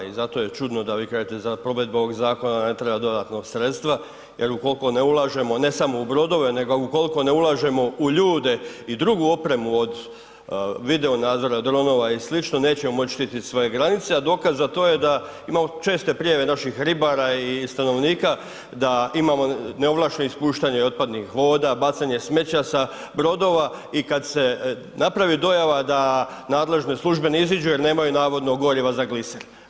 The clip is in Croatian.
I zato je čudno da vi kažete da za provedbu ovog zakona ne treba dodatna sredstva jer ukoliko ne ulažemo ne samo u brodove nego ukoliko ne ulažemo u ljude i drugu opremu od video nadzora, dronova i slično nećemo moći štititi svoje granice, a dokaz za to je da imamo česte prijave naših ribara i stanovnika da imamo neovlaštenih ispuštanja otpadnih voda, bacanje smeća sa brodova i kada se napravi dojava da nadležne službe ne iziđu jer nemaju navodno goriva za gliser.